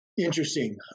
Interesting